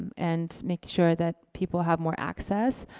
and make sure that people have more access.